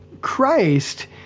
Christ